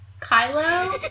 Kylo